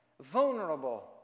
vulnerable